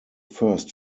first